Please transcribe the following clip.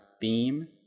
Beam